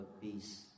peace